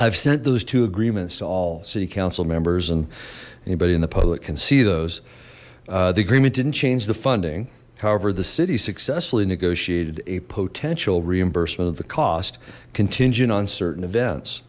i've sent those two agreements to all city council members and anybody in the public can see those the agreement didn't change the funding however the city successfully negotiated a potential reimbursement of the cost contingent on certain events